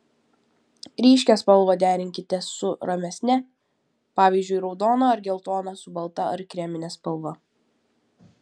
ryškią spalvą derinkite su ramesne pavyzdžiui raudoną ar geltoną su balta ar kremine spalva